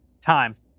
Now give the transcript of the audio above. times